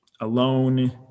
alone